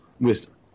Wisdom